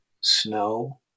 snow